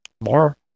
more